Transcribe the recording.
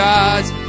God's